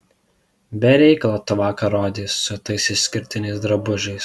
be reikalo tu vakar rodeis su tais išskirtiniais drabužiais